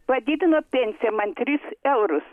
padidino pensiją man tris eurus